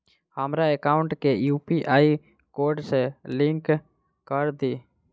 हमरा एकाउंट केँ UPI code सअ लिंक कऽ दिऽ?